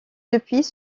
depuis